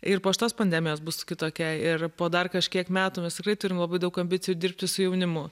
ir po šitos pandemijos bus kitokia ir po dar kažkiek metų mes tikrai turim labai daug ambicijų dirbti su jaunimu